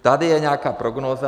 Tady je nějaká prognóza.